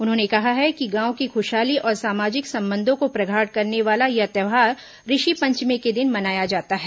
उन्होंने कहा है कि गांव की खुशहाली और सामाजिक संबंधों को प्रगाढ़ करने वाला यह त्यौहार ऋषि पंचमी के दिन मनाया जाता है